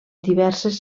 diverses